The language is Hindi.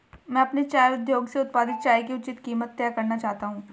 मैं अपने चाय उद्योग से उत्पादित चाय की उचित कीमत तय करना चाहता हूं